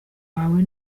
wawe